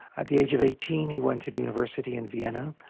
at the age of eighteen he went to the university in vienna,